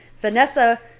Vanessa